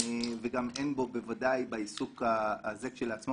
וגם אין בו בוודאי בעיסוק הזה כשלעצמו